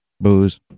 booze